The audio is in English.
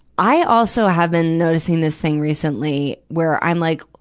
i also have been noticing this thing recently, where i'm like,